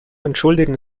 entschuldigen